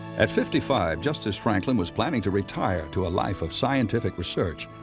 at fifty five, just as franklin was planning to retire to a life of scientific research,